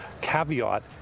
caveat